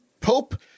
Pope